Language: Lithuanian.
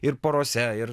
ir porose ir